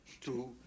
Two